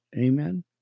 Amen